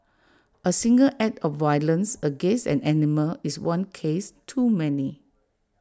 A single act of violence against an animal is one case too many